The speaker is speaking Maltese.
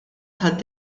tad